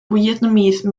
vietnamese